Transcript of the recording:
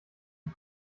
ich